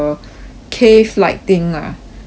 cave like thing ah which